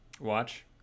watch